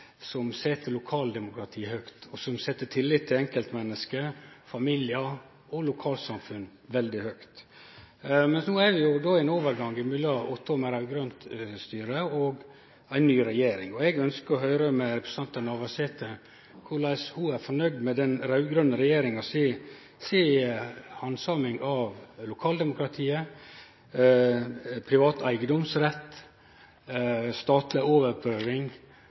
som set lokaldemokratiet høgt, og som set tillita til enkeltmenneske, familiar og lokalsamfunn veldig høgt. Vi er no i ein overgang mellom åtte år med raud-grønt styre og ei ny regjering. Eg ønskjer å høyre med representanten Navarsete om ho er fornøgd med den raud-grøne regjeringas handsaming av lokaldemokratiet, privat eigedomsrett og statleg overprøving,